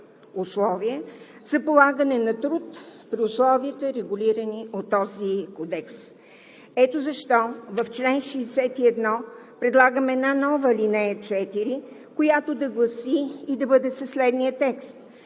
за полагане на труд при условията, регулирани от този кодекс. Ето защо в чл. 61 предлагам една нова ал. 4, която да гласи и да бъде със следния текст: